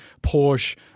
Porsche